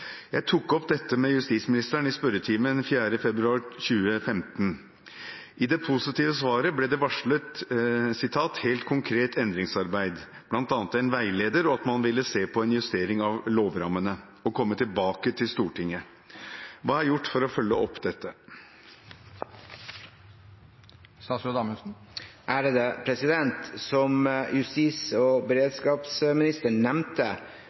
Jeg tok opp dette med justisministeren i spørretimen 4. februar 2015. I det positive svaret ble det varslet «helt konkret endringsarbeid», bl.a. en veileder og at man ville se på en justering av lovrammene og komme tilbake til Stortinget. Hva er gjort for å følge opp dette?» Som justis- og beredskapsministeren nevnte